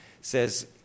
says